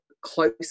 close